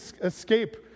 escape